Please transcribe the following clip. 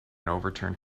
overturned